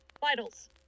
vitals